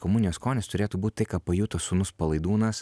komunijos skonis turėtų būt tai ką pajuto sūnus palaidūnas